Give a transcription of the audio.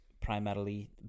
primarily